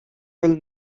will